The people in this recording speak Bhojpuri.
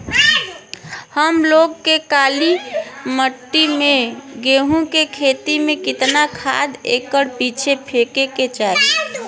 हम लोग के काली मिट्टी में गेहूँ के खेती में कितना खाद एकड़ पीछे फेके के चाही?